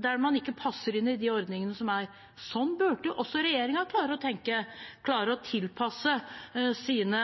der man ikke passer inn i de ordningene som er. Sånn burde også regjeringen klare å tenke og klare å tilpasse sine